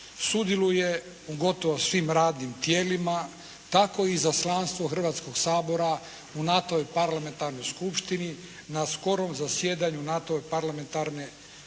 Sudjeluje u gotovo svim radnim tijelima. Tako izaslanstvo Hrvatskog sabora u NATO-ovoj Parlamentarnoj skupštini, na skorom zasjedanju NATO-ove Parlamentarne skupštine